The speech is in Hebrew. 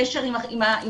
קשר עם החברה,